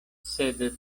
sed